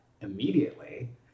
immediately